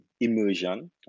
immersion